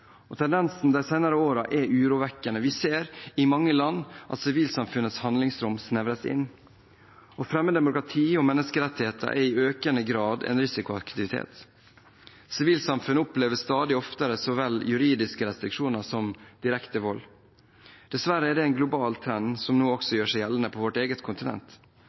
Tendensen de senere år er urovekkende. Vi ser i mange land at sivilsamfunnets handlingsrom snevres inn. Å fremme demokrati og menneskerettigheter er i økende grad en risikoaktivitet. Sivilsamfunn opplever stadig oftere så vel juridiske restriksjoner som direkte vold. Dessverre er dette en global trend, som nå også gjør seg gjeldende på vårt eget kontinent.